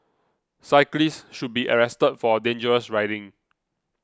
cyclist should be arrested for dangerous riding